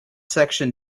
section